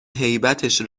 هیبتش